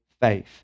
faith